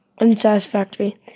unsatisfactory